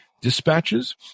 Dispatches